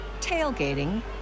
tailgating